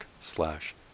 slash